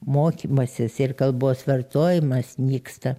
mokymasis ir kalbos vartojimas nyksta